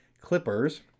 Clippers